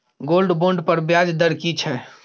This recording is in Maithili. गोल्ड बोंड पर ब्याज दर की छै?